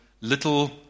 little